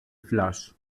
flors